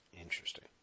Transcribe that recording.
Interesting